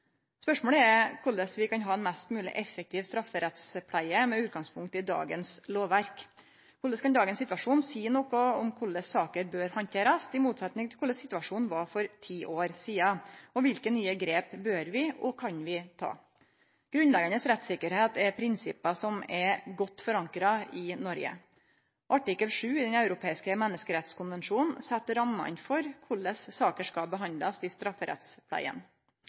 Spørsmålet er korleis vi kan ha ei mest mogleg effektiv strafferettspleie med utgangspunkt i dagens lovverk. Korleis kan dagens situasjon seie noko om korleis saker bør handterast, i motsetning til korleis situasjonen var for ti år sidan? Og kva for nye grep bør vi og kan vi ta? Grunnleggjande rettssikkerheit er eit prinsipp som er godt forankra i Noreg. Artikkel 7 i Den europeiske menneskerettskonvensjonen set rammene for korleis saker skal behandlast i